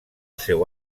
seu